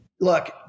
look